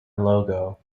logo